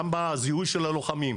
גם בזיהוי הלוחמים,